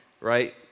right